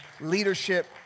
leadership